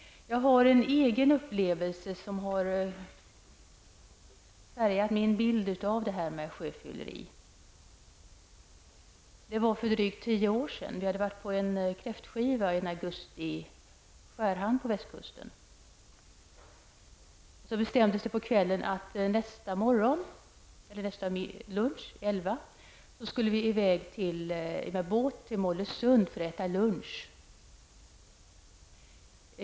Jag kan berätta om en händelse som jag själv har varit med om och som har färgat min bild av sjöfylleriet. Händelsen inträffade för drygt tio år sedan. Det var i augusti månad. Jag och ytterligare några hade varit på en kräftskiva i Skärhamn på västkusten. På kvällen blev det bestämt att vi nästa dag vid 11-tiden skulle åka med båt till Mollösund för att äta lunch.